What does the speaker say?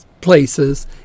places